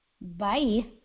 Bye